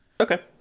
okay